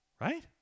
Right